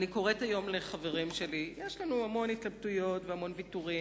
אני קוראת היום לחברים שלי: יש לנו המון התלבטויות והמון ויתורים,